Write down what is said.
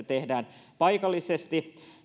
tehdään paikallisesti